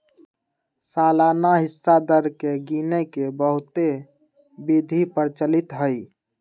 सालाना हिस्सा दर के गिने के बहुते विधि प्रचलित हइ